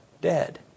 dead